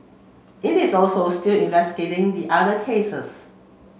it is also still investigating the other cases